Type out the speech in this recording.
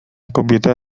kobieta